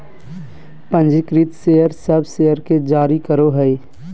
पंजीकृत शेयर सब शेयर के जारी करो हइ